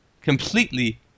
completely